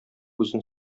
үзен